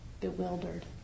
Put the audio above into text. bewildered